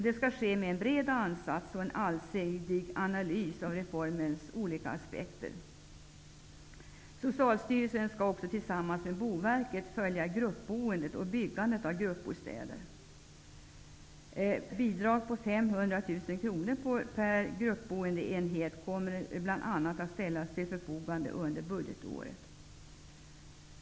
Det skall ske med en bred ansats och med en allsidig analys av reformens olika aspekter. Socialstyrelsen skall också tillsammans med Boverket följa gruppboendet och byggandet av gruppbostäder. Ett bidrag på 500 000 kronor per gruppboendeenhet kommer bl.a. att ställas till förfogande under budgetåret.